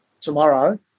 tomorrow